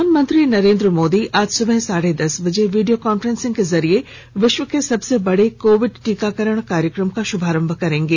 प्रधानमंत्री नरेन्द्र मोदी आज सुबह साढ़े दस बजे वीडियो कॉफ्रेंस के जरिए विश्व के सबसे बड़े कोविड टीकाकरण कार्यक्रम का शुभारम्भ करेंगे